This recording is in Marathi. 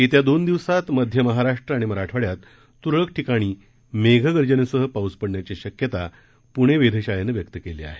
येत्या दोन दिवसात मध्य महाराष्ट्र आणि मराठवाड्यात तुरळक ठिकाणी मेघगर्जनेसह पाऊस पडण्याची शक्यता पुणे वेध शाळेनं व्यक्त केली आहे